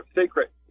secret